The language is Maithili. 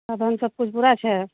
एखन सभकिछु पूरा छै